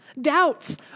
Doubts